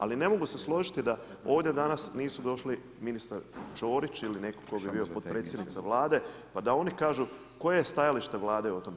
Ali ne mogu se složiti da ovdje danas nisu došli ministar Ćorić ili netko tko bi bio potpredsjednica Vlade, pa da oni kažu koje je stajalište Vlade o tome?